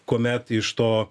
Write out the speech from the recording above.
kuomet iš to